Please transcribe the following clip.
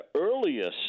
earliest